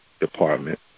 department